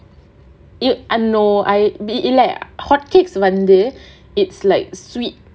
uh no I be இல்ல:illa hotcakes வந்து:vanthu is like sweet